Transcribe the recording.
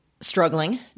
struggling